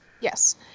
Yes